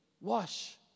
wash